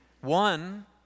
One